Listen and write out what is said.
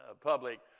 public